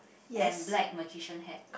and black magician hat